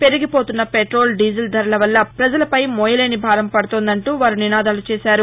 పెరిగిపోతున్న petrol diesel ధరల వల్ల ప్రజలపై మోయలేని భారం పడుతోందంటూ వారు నినాదాలు చేశారు